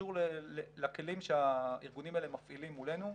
קשור לכלים שהארגונים האלה מפעילים מולנו.